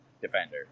defender